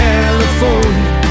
California